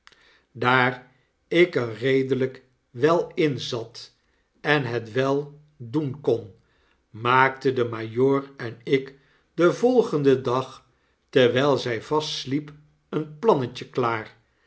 daar ik er redelijk wel inzat en het wel doen kon maakten de majoor en ik den volfenden dag terwijl zy vast sliep een plannetje laar